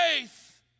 faith